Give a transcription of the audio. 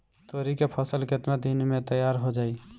तोरी के फसल केतना दिन में तैयार हो जाई?